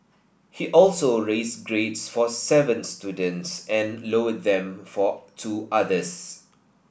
he also raised grades for seven students and lowered them for two others